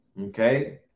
okay